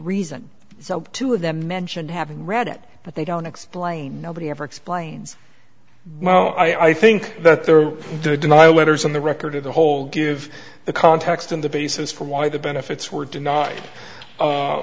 reason so two of them mentioned having read but they don't explain nobody ever explains well i think that their denial letters on the record of the whole give the context and the basis for why the benefits were denied